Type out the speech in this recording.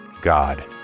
God